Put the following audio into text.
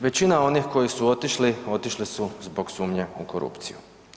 Većina onih koji su otišli, otišli su zbog sumnje u korupciju.